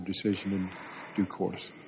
decision to course